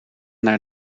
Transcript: naar